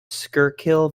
schuylkill